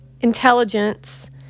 intelligence